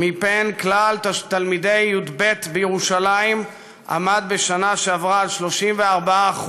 בכלל תלמידי י"ב בירושלים עמד בשנה שעברה על 34%,